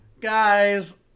guys